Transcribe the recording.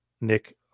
Nick